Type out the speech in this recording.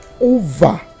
over